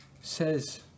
says